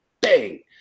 bang